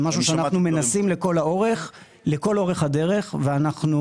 זה משהו שאנחנו מנסים לכל אורך הדרך ואנחנו